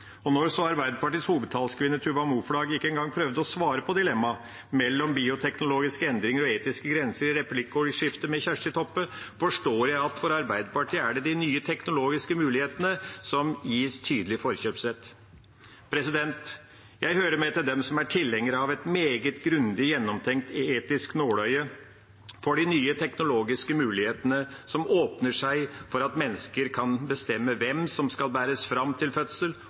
Når så Arbeiderpartiets hovedtalskvinne, Tuva Moflag, ikke engang prøvde å svare på dilemmaet mellom bioteknologiske endringer og etiske grenser i replikkordskiftet med Kjersti Toppe, forstår jeg at for bl.a. Arbeiderpartiet er det de nye teknologiske mulighetene som gis tydelig forkjørsrett. Jeg hører med til dem som er tilhenger av et meget grundig gjennomtenkt etisk nåløye for de nye teknologiske mulighetene som åpner seg for at mennesker kan bestemme hvem som skal bæres fram til fødsel,